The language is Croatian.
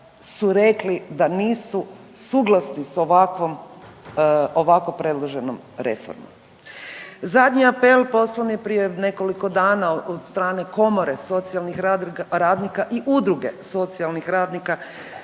su rekli da nisu suglasni s ovakvom, ovako predloženom reformom. Zadnji apel poslan je prije nekoliko dana od strane Komore socijalnih radnika i Udruge socijalnih radnika,